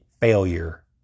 failure